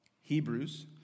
Hebrews